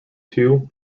two